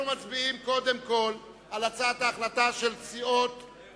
אנחנו מצביעים קודם כול על הצעת ההחלטה של סיעות,